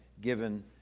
given